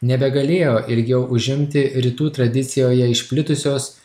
nebegalėjo ilgiau užimti rytų tradicijoje išplitusios